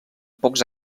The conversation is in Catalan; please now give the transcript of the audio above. pocs